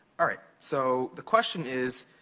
all right, so the question is,